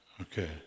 Okay